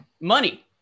Money